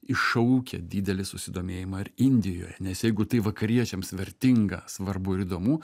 iššaukia didelį susidomėjimą ir indijoje nes jeigu tai vakariečiams vertinga svarbu ir įdomu